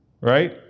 right